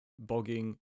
Bogging